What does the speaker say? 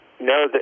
No